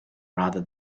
rather